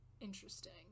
Interesting